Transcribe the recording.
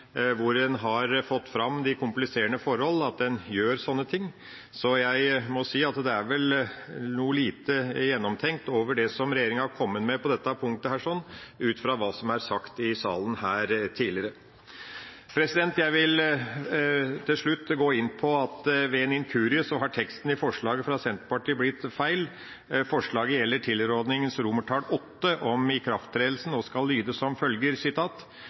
hvor en har fått fram de kompliserende forhold – for at en gjør sånne ting. Jeg må si at det vel er noe lite gjennomtenkt over det som regjeringa har kommet med på dette punktet, ut fra hva som er sagt i denne salen tidligere. Jeg vil til slutt gå inn på at ved en inkurie har teksten i forslaget fra Senterpartiet blitt feil. Forslaget gjelder tilrådningens VIII, om ikrafttredelsen, og skal lyde som følger: